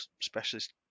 specialist